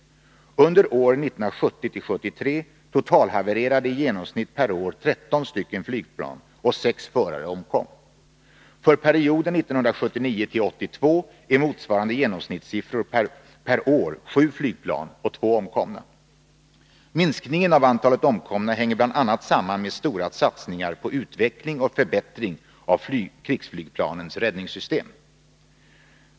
Under åren 1970-1973 totalhavererade i genomsnitt per år 13 flygplan, och sex förare omkom. För perioden 1979-1982 är motsvarande genomsnittssiffror per år sju flygplan och två omkomna. Minskningen av antalet omkomna hänger bland annat samman med stora satsningar på utveckling och förbättring av krigsflygplanens räddningssystem.